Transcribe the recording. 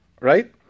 right